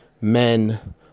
men